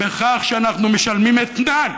בכך שאנחנו משלמים אתנן